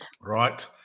right